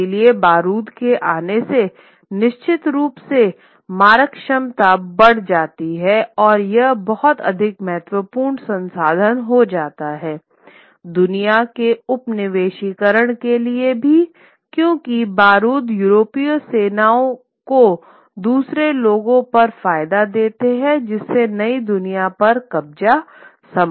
इसलिए बारूद के आने से निश्चित रूप से मारक क्षमता बढ़ जाती है और यह बहुत अधिक महत्वपूर्ण संसाधन हो जाता है दुनिया के उपनिवेशीकरण के लिए भी क्योंकि बारूद यूरोपीय सेना को दूसरे लोगों पर फायदे देता हैं जिससे नई दुनिया पर कब्ज़ा संभव है